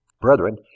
brethren